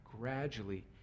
gradually